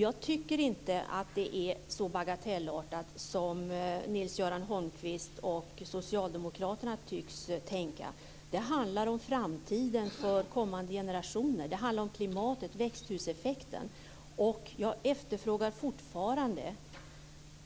Jag tycker inte att det är så bagatellartat som Nils Göran Holmqvist och socialdemokraterna tycks tänka. Det handlar om framtiden för kommande generationer. Det handlar om klimatet, växthuseffekten. Jag efterfrågar fortfarande